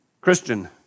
Christian